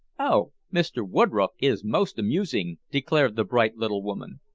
oh! mr. woodroffe is most amusing, declared the bright little woman.